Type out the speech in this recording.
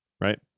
right